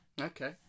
Okay